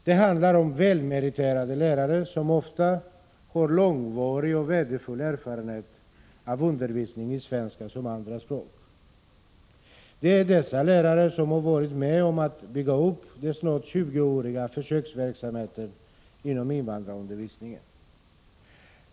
Det handlar om välmeriterade lärare som ofta har långvarig och värdefull erfarenhet av undervisning i svenska som andra språk. Det är dessa lärare som har varit med om att bygga upp den försöksverksamhet som har funnits i snart 20 år inom invandrarundervisningen.